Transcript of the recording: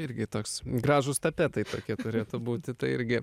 irgi toks gražūs tapetai tokie turėtų būti tai irgi